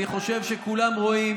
אני חושב שכולם רואים